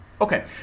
Okay